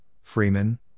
Freeman